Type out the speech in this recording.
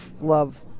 love